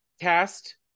cast